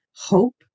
hope